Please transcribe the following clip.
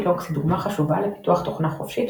לינוקס היא דוגמה חשובה לפיתוח תוכנה חופשית